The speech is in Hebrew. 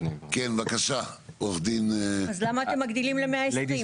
אז למה אתם מגדילים ל-120?